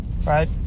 right